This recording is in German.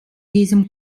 diesem